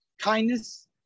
Kindness